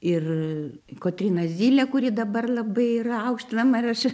ir kotryna zylė kuri dabar labai yra aukštinama ir aš